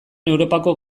europako